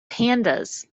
pandas